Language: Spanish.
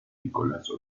nicolás